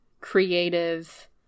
creative